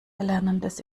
erlernendes